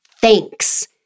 thanks